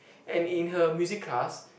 and in her music class